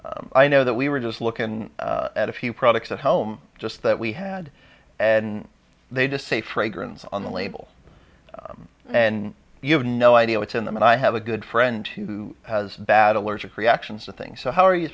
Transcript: so i know that we were just looking at a few products at home just that we had and they just say fragrance on the label and you have no idea what's in them and i have a good friend who has bad allergic reactions to things so how are you